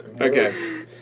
Okay